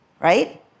right